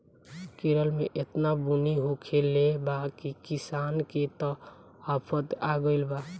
केरल में एतना बुनी होखले बा की किसान के त आफत आगइल बाटे